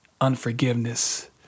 unforgiveness